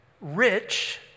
rich